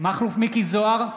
מכלוף מיקי זוהר,